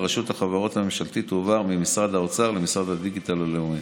אני מסכים שהוא עוזר למשטרת ישראל וכו',